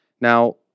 Now